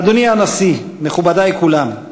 אדוני הנשיא, מכובדי כולם,